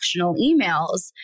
emails